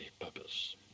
purpose